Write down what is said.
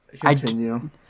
Continue